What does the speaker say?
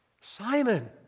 Simon